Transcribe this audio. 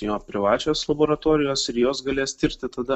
jo privačios laboratorijos ir jos galės tirti tada